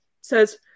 says